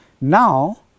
Now